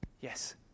Yes